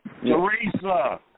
Teresa